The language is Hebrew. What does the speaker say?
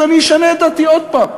אז אני אשנה את דעתי עוד פעם.